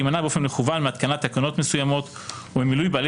להימנע באופן מכוון מהתקנת תקנות מסוימות או ממינוי בעלי